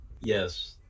Yes